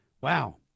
Wow